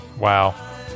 Wow